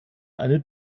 eine